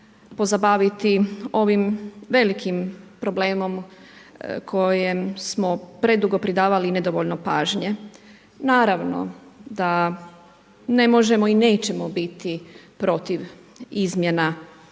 pozabaviti ovim velikim problemom kojem smo predugo pridavali nedovoljno pažnje. Naravno da ne možemo i nećemo biti protiv izmjena